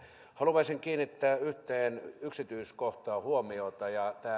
haluaisin kiinnittää yhteen yksityiskohtaan huomiota ja tämä